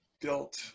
built